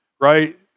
right